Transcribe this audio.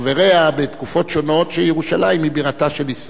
בתקופות שונות שירושלים היא בירתה של ישראל.